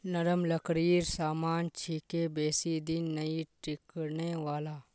नरम लकड़ीर सामान छिके बेसी दिन नइ टिकने वाला